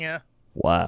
Wow